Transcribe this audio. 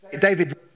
David